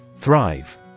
Thrive